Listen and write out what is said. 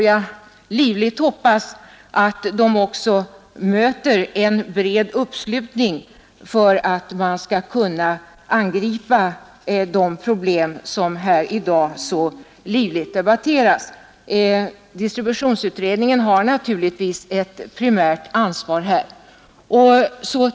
Jag hoppas att de möter en bred uppslutning när de presenteras, för att man skall kunna angripa de problem som här i dag så livligt debatteras. Distributionsutredningen har naturligtvis i detta sammanhang ett primärt ansvar.